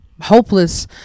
hopeless